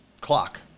clock